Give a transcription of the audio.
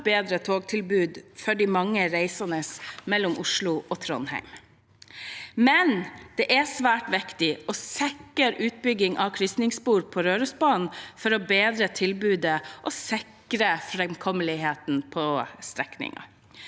bedre togtilbud for de mange reisende mellom Oslo og Trondheim. Samtidig er det svært viktig å sikre utbygging av krysningsspor på Rørosbanen for å bedre tilbudet og sikre framkommeligheten på strekningen.